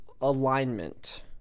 alignment